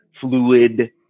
fluid